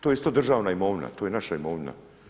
To je isto državna imovina, to je naša imovina.